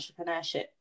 entrepreneurship